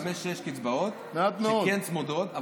לא, לא, יש איזה חמש-שש קצבאות שכן צמודות.